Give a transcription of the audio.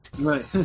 Right